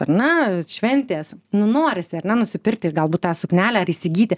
ar ne šventės nu norisi ar ne nusipirkti ir galbūt tą suknelę ar įsigyti